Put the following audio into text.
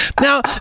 Now